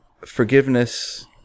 forgiveness